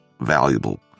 valuable